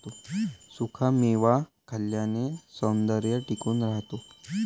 सुखा मेवा खाल्ल्याने सौंदर्य टिकून राहते